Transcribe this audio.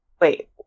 Wait